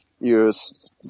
use